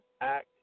act